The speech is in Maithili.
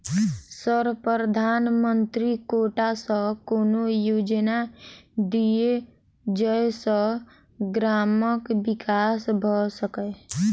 सर प्रधानमंत्री कोटा सऽ कोनो योजना दिय जै सऽ ग्रामक विकास भऽ सकै?